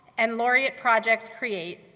and laureate projects create,